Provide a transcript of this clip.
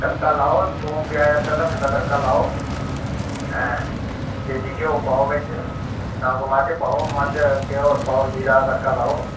तड़का लाओ थूम प्याज आह्ला तड़का लाओ देसा घ्यो पाओ बिच नमक मर्च पाओ तुस ते होर जीरे दा तड़का लाओ